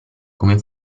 come